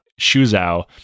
Shuzhou